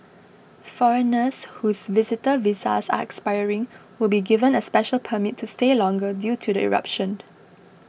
foreigners whose visitor visas expiring will be given a special permit to stay longer due to the eruption